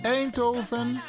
Eindhoven